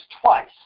twice